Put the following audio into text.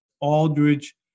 Aldridge